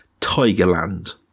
Tigerland